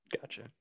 Gotcha